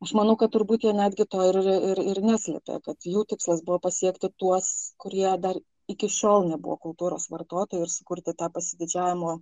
aš manau kad turbūt jie netgi to ir ir ir neslėpė kad jų tikslas buvo pasiekti tuos kurie dar iki šiol nebuvo kultūros vartotojai ir sukurti tą pasididžiavimo